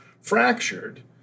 fractured